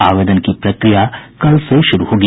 आवेदन की प्रक्रिया कल से शुरू होगी